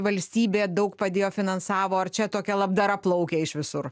valstybė daug padėjo finansavo ar čia tokia labdara plaukė iš visur